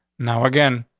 now again,